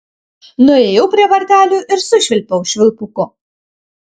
nuėjau prie vartelių ir sušvilpiau švilpuku